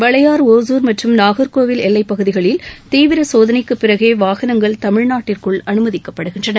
வளையார் ஒசூர் மற்றும் நாகர்கோவில் எல்லைப்பகுதிகளில் தீவிர சோதனைக்குப் பிறகே வாகனங்கள் தமிழ்நாட்டிற்குள் அனுமதிக்கப்படுகின்றன